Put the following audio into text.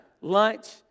Lunch